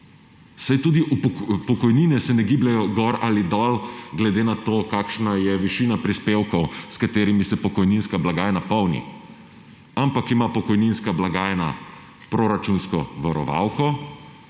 Saj tudi pokojnine se ne gibljejo gor ali dol glede na to, kakšna je višina prispevkov, s katerimi se pokojninska blagajna polni, ampak ima pokojninska blagajna proračunsko varovalko.